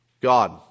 God